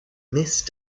missed